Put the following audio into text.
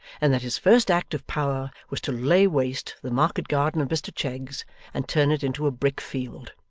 and that his first act of power was to lay waste the market-garden of mr cheggs and turn it into a brick-field.